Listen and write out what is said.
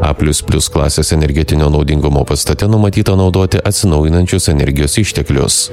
a plius plius klasės energetinio naudingumo pastate numatyta naudoti atsinaujinančius energijos išteklius